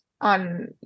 on